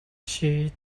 she